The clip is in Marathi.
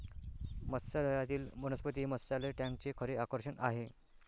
मत्स्यालयातील वनस्पती हे मत्स्यालय टँकचे खरे आकर्षण आहे